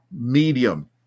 medium